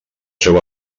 seu